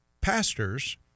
pastors